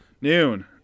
Noon